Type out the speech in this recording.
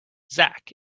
zak